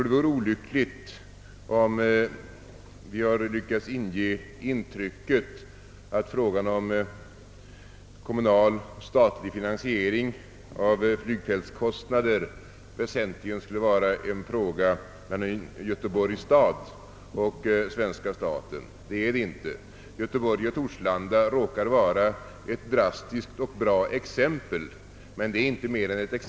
Det vore olyckligt om vi har lyckats ge intrycket att frågan om kommunalstatlig finansiering av flygfältskostnader väsentligen skulle vara en fråga mellan Göteborgs stad och svenska staten. Det är den inte. Göteborg och Torslanda råkar vara ett drastiskt och bra exempel, men mer än ett exempel är det inte.